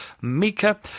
Mika